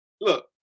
look